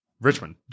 Richmond